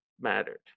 mattered